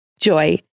Joy